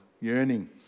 yearning